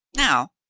now,